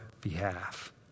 behalf